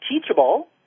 teachable